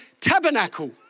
Tabernacle